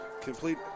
complete –